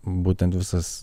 būtent visas